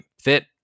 fit